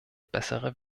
bessere